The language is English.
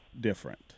different